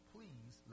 Please